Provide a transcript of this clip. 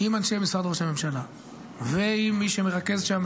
עם אנשי משרד ראש הממשלה ועם מי שמרכז שם,